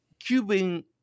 cubing